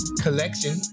Collection